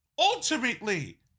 Ultimately